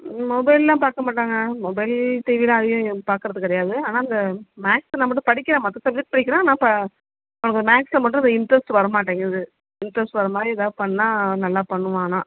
மொபைல்லாம் பார்க்கமாட்டாங்க மொபைல் டிவிலாம் அதிகம் பார்க்குறது கிடையாது ஆனால் அந்த மேக்ஸுனா மட்டும் படிக்கிறான் மற்ற சப்ஜெக்ட் படிக்கிறான் ஆனால் பா அவனுக்கு அந்த மேக்ஸில் மட்டும் அந்த இன்ட்ரெஸ்ட் வர மாட்டேங்கிது இன்ட்ரெஸ்ட் வர மாதிரி எதாவது பண்ணால் நல்லா பண்ணுவான் ஆனால்